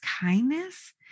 kindness